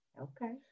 Okay